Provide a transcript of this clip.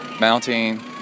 Mounting